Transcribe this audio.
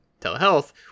telehealth